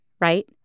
right